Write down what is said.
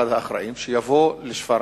אחד האחראים, שיבוא לשפרעם,